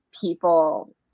people